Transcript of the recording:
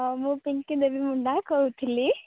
ମୁଁ ପିଙ୍କି ଦେବି ମୁଣ୍ଡା କହୁଥିଲି